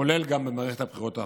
כולל במערכת הבחירות האחרונה.